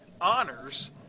honors